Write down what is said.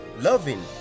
loving